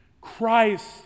Christ